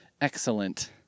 excellent